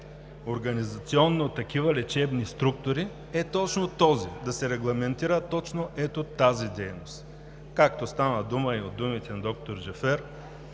организационно такива лечебни структури е този – да се регламентира точно ето тази дейност. Както стана дума и от думите на доктор Джафер,